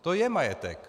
To je majetek!